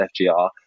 fgr